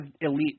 elite